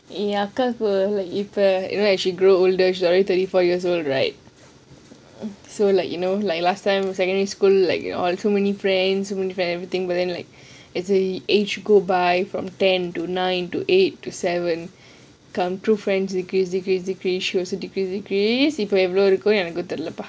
ya என் அக்கா கு:en akka ku you know as you grow older you are already thirty four years old right so like you know like last time in secondary school like you all so many friends this kind of thing but then as you age go by from ten to nine two eight two seven come true friend இப்ப எவளோ இருக்குனு எனக்கு தெரியல்ல பா:ippa ewalo irukkunu enakku thriyalla pa